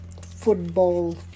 football